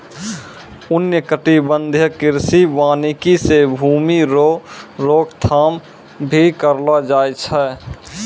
उष्णकटिबंधीय कृषि वानिकी से भूमी रो रोक थाम भी करलो जाय छै